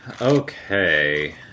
Okay